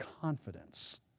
confidence